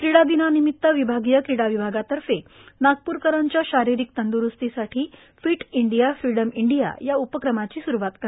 क्रीडा दिनानिमित विभागीय क्रीडा विभागातर्फे नागप्रकरांच्या शारीरिक तंद्रुस्तीसाठी फिट इंडिया फ्रीडम इंडिया या उपक्रमाची स्रुवात करण्यात आली